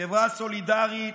חברה סולידרית,